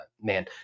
man